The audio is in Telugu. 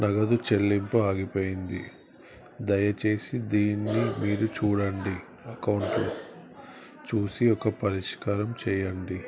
నగదు చెల్లింపు ఆగిపోయింది దయచేసి దీన్ని మీరు చూడండి అకౌంట్ చూసి ఒక పరిష్కారం చేయండి